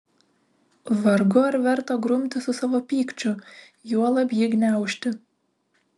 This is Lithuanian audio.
vargu ar verta grumtis su savo pykčiu juolab jį gniaužti